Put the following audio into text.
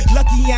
Lucky